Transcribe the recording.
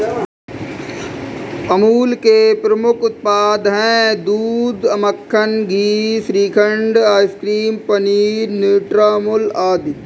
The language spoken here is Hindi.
अमूल के प्रमुख उत्पाद हैं दूध, मक्खन, घी, श्रीखंड, आइसक्रीम, पनीर, न्यूट्रामुल आदि